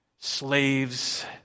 slaves